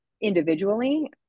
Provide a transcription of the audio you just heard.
individually